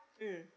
mm